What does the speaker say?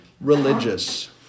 religious